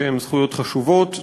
שהן זכויות חשובות,